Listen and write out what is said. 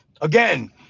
again